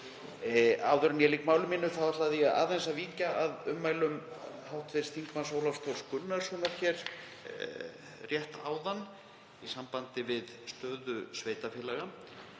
Áður en ég lýk máli mínu ætla ég aðeins að víkja að ummælum hv. þm. Ólafs Þórs Gunnarssonar hér rétt áðan í sambandi við stöðu sveitarfélaga.